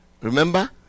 Remember